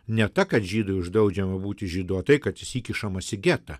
ne ta kad žydui uždraudžiama būti žydu o tai kad jis įkišamas į getą